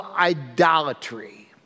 idolatry